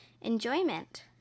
enjoyment